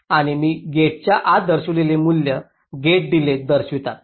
आणि मी गेट्सच्या आत दर्शविलेले मूल्ये गेट डिलेज दर्शवितात